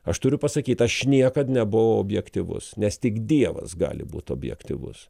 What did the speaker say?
aš turiu pasakyt aš niekad nebuvau objektyvus nes tik dievas gali būt objektyvus